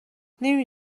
نمی